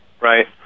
Right